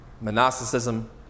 monasticism